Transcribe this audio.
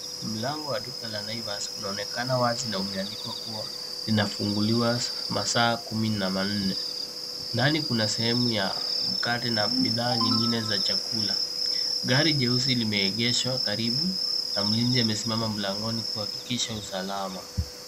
Mlango wa duka la Naivas unaonekana wazi na limeandikwa kuwa linafunguliwa masaa kumi na manne. Ndani kuna sehemu ya mikate na bidhaa nyingine za chakula. Gari jeusi limeegeshwa karibu na mlinzi amesimama mlangoni kuhakikisha usalama.